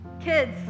Kids